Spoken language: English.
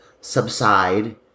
subside